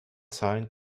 zahlen